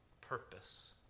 purpose